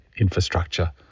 infrastructure